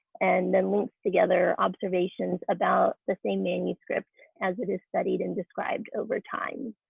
and then links together observations about the same manuscript as it is studied and described over time.